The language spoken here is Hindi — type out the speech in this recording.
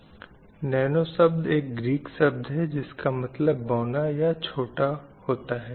'नैनो' शब्द एक ग्रीक शब्द है जिसका मतलब बौना या छोटा होता है